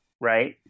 right